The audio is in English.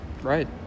Right